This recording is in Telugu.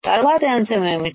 తర్వాత అంశం ఏమిటి